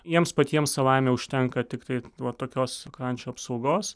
jiems patiems savaime užtenka tiktai vat tokios pakrančių apsaugos